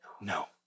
No